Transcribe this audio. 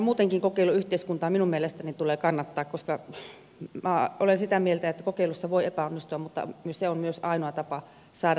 muutenkin kokeiluyhteiskuntaa minun mielestäni tulee kannattaa koska olen sitä mieltä että kokeilussa voi epäonnistua mutta se on myös ainoa tapa saada tietoa